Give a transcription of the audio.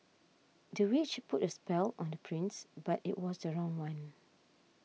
the witch put a spell on the prince but it was the wrong one